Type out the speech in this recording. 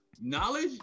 Knowledge